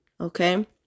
Okay